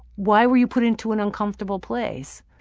why were you put into an uncomfortable place?